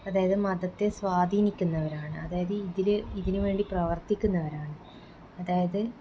അതായത് മതത്തെ സ്വാധീനിക്കുന്നവരാണ് അതായത് ഇത് ഇതിനുവേണ്ടി പ്രവര്ത്തിക്കുന്നവരാണ് അതായത്